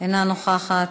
אינה נוכחת.